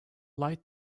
light